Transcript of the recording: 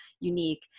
unique